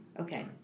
Okay